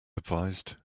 advised